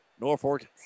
Norfolk